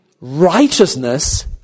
righteousness